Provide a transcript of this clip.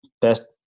best